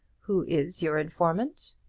who is your informant?